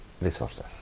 resources